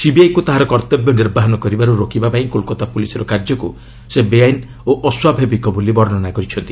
ସିବିଆଇକୁ ତାହାର କର୍ତ୍ତବ୍ୟ ନିର୍ବାହନ କରିବାରୁ ରୋକିବା ପାଇଁ କୋଲକାତା ପୁଲିସ୍ର କାର୍ଯ୍ୟକୁ ସେ ବେଆଇନ୍ ଓ ଅସ୍ୱାଭାବିକ ବୋଲି ବର୍ଷନା କରିଛନ୍ତି